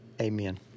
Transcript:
Amen